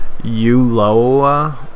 Uloa